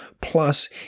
Plus